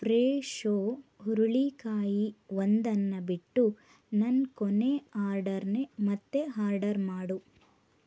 ಪ್ರೇಶೋ ಹುರಳಿಕಾಯಿ ಒಂದನ್ನು ಬಿಟ್ಟು ನನ್ನ ಕೊನೆಯ ಆರ್ಡರನ್ನೇ ಮತ್ತೆ ಆರ್ಡರ್ ಮಾಡು